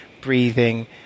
breathing